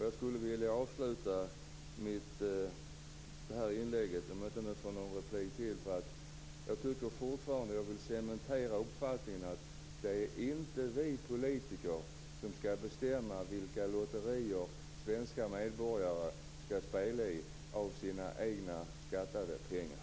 Jag skulle vilja avsluta mitt inlägg med att säga att jag fortfarande vill cementera uppfattningen att det inte är vi politiker som skall bestämma vilka lotterier som svenska medborgare skall spela på för sina egna skattade pengar.